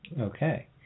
Okay